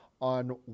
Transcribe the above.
on